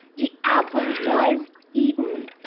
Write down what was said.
the apple was eaten.